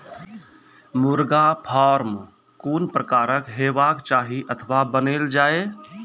मुर्गा फार्म कून प्रकारक हेवाक चाही अथवा बनेल जाये?